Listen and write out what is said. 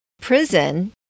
prison